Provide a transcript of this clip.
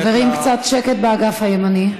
חברים, קצת שקט באגף הימני.